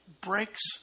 breaks